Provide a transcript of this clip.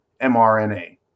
mRNA